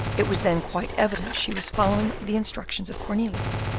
it was then quite evident she was following the instructions of cornelius,